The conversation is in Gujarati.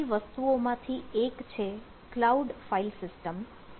આગળ પડતી વસ્તુઓમાંથી એક છે ક્લાઉડ ફાઇલ સિસ્ટમ